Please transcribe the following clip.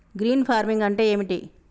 Green farming అంటే ఏమిటి?